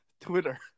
Twitter